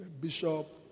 bishop